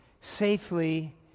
safely